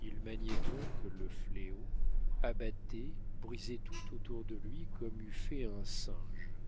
il maniait donc le fléau abattait brisait tout autour de lui comme eût fait un singe